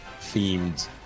themed